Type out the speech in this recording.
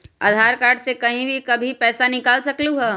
आधार card से कहीं भी कभी पईसा निकाल सकलहु ह?